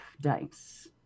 Dice